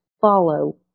follow